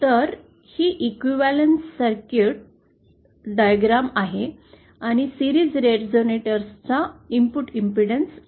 तर ही equivalent circuit diagram आहे आणि सीरीज रेसोनेटर चा इनपुट इंपेडेंस आहे